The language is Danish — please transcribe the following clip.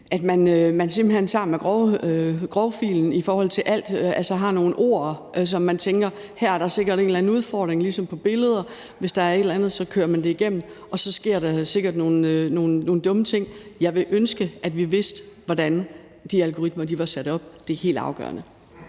at man simpelt hen tager fat med grovfilen i forhold til alt, altså at man har nogle ord, som man tænker om: Her er der sikkert en eller anden udfordring. Det er ligesom på billeder. Hvis der er et eller andet, kører man det igennem, og så sker der sikkert nogle dumme ting. Jeg ville ønske, at vi vidste, hvordan de algoritmer var sat op. Det er helt afgørende.